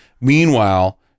meanwhile